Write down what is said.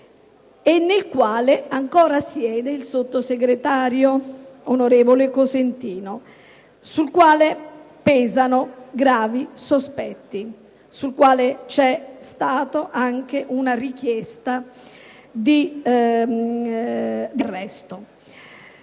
in cui ancora siede un sottosegretario, l'onorevole Cosentino, sul quale pesano gravi sospetti e per il quale c'è stata anche una richiesta di arresto.